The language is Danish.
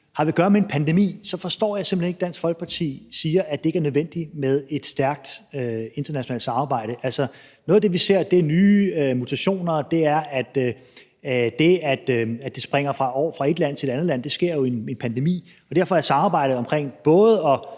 har at gøre med en pandemi, forstår jeg simpelt hen ikke, at Dansk Folkeparti siger, at det ikke er nødvendigt med et stærkt internationalt samarbejde. Noget af det, vi ser med hensyn til nye mutationer, er, at de springer fra et land til et andet land, og det sker jo i en pandemi, og derfor er samarbejdet om både at